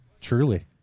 Truly